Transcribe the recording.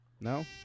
No